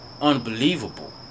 Unbelievable